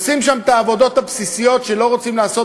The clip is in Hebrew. עושים שם את העבודות הבסיסיות שלא רוצים לעשות,